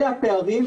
אלו הפערים,